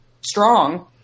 strong